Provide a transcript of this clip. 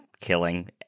killing